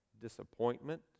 disappointment